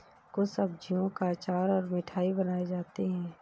कुछ सब्जियों का अचार और मिठाई बनाई जाती है